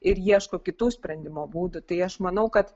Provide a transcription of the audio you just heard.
ir ieško kitų sprendimo būdų tai aš manau kad